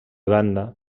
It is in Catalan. banda